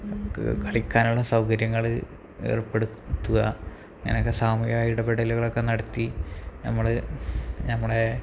നമുക്ക് കളിക്കാനുള്ള സൗകര്യങ്ങൾ ഏർപ്പെടുത്തുക അങ്ങനെയൊക്കെ സാമൂഹികമായ ഇടപെടലുകളൊക്കെ നടത്തി നമ്മൾ ഞമ്മടെ